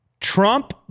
Trump